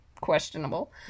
questionable